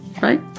Right